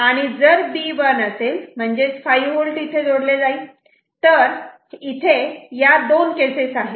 आणि जर B 1 असेल म्हणजेच 5 V इथे जोडले जाईल तर इथे या दोन केसेस आहेत